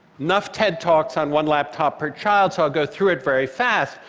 enough ted talks on one laptop per child, so i'll go through it very fast,